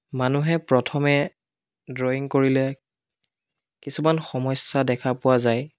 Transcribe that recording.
মানুহে প্ৰথমে ড্ৰয়িং কৰিলে কিছুমান সমস্য়া দেখা পোৱা যায়